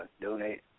donate